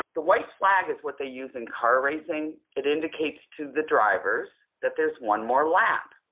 the white flag is what they use in car racing. it indicates to the drivers that there's one more lap